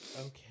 Okay